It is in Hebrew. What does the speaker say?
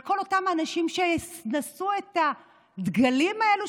כל אותם האנשים שנשאו את הדגלים האלה,